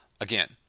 Again